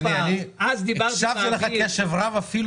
שהם אפילו